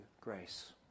grace